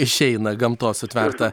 išeina gamtos sutverta